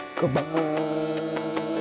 Goodbye